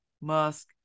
Musk